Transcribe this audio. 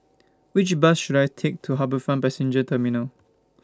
Which Bus should I Take to HarbourFront Passenger Terminal